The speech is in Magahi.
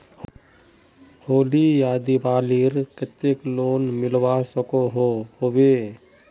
होली या दिवालीर केते लोन मिलवा सकोहो होबे?